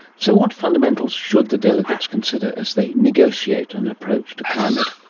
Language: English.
so what fundamentals should the delegates consider, as they negotiate an approach to climate?